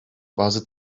bazı